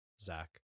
Zach